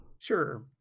Sure